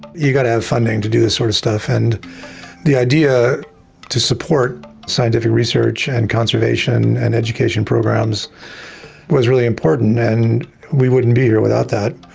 you've got to have funding to do this sort of stuff. and the idea to support scientific research and conservation and education programs was really important, and we wouldn't be here without that.